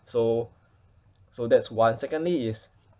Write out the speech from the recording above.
so so that's one secondly is